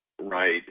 Right